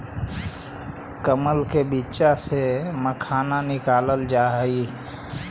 कमल के बीच्चा से मखाना निकालल जा हई